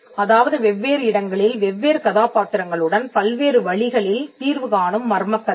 அதாவது வெவ்வேறு இடங்களில் வெவ்வேறு கதாபாத்திரங்களுடன் பல்வேறு வழிகளில் தீர்வு காணும் மர்மக் கதைகள்